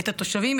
את התושבים,